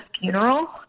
funeral